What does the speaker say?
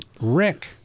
Rick